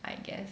I guess